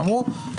אמרו,